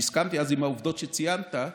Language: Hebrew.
שהסכמתי בה עם העובדות שציינת,